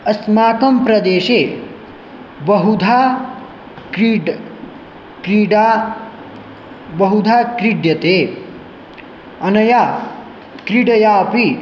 अस्माकं प्रदेशे बहुधा क्रीड् क्रीडा बहुधा क्रीड्यते अनया क्रीडयापि